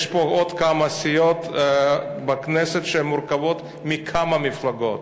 יש פה עוד כמה סיעות בכנסת שמורכבות מכמה מפלגות.